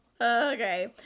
Okay